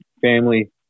family